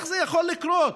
איך זה יכול לקרות?